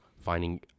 finding